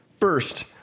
first